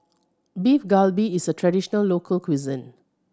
Beef Galbi is a traditional local cuisine